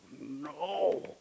no